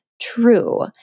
true